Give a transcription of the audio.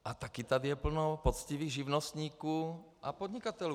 A taky je tady plno poctivých živnostníků a podnikatelů.